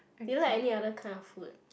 you like any other kind of food